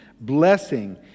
blessing